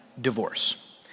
divorce